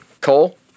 Cole